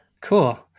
cool